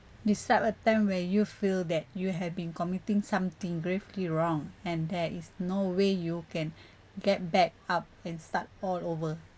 describe a time where you feel that you have been committing something gravely wrong and there is no way you can get back up and start all over